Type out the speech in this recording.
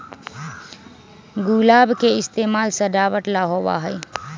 गुलाब के इस्तेमाल सजावट ला होबा हई